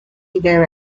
direction